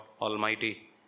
Almighty